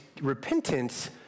repentance